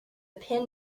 pin